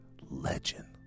legend